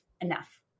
enough